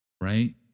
right